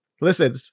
listen